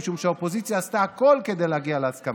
משום שהאופוזיציה עשתה הכול כדי להגיע להסכמה.